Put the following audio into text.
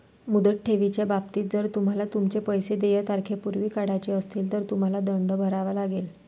मुदत ठेवीच्या बाबतीत, जर तुम्हाला तुमचे पैसे देय तारखेपूर्वी काढायचे असतील, तर तुम्हाला दंड भरावा लागेल